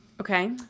Okay